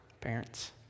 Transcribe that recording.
Parents